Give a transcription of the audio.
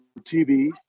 TV